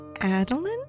Adeline